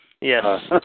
Yes